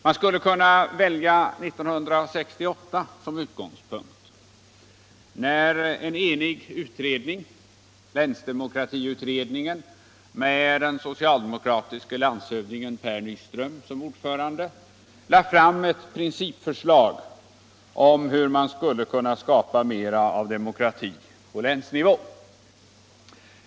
Jag skulle kunna välja 1968 som utgångspunkt, då en enig utredning, länsdemokratiutredningen, med den socialdemokratiska landshövdingen Per Nyström som ordförande, lade fram ett principförslag om hur man skulle kunna skapa mera av demokrati på länsnivå.